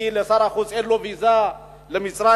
כי לשר החוץ אין ויזה למצרים.